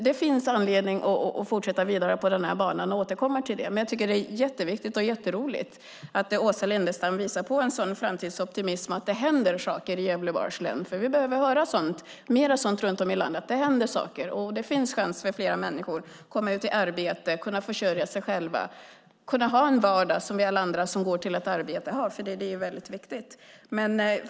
Det finns anledning att fortsätta att gå vidare på den här banan och återkomma till det. Jag tycker att det är jätteviktigt och jätteroligt att Åsa Lindestam visar en sådan framtidsoptimism och att det händer saker i Gävleborgs län. Vi behöver höra mer sådant runt om i landet, att det händer saker och att det finns chanser för fler människor att komma ut i arbete, kunna försörja sig själva och ha en vardag som alla vi andra som går till ett arbete har. Det är väldigt viktigt.